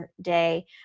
Day